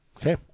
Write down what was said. okay